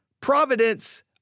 providence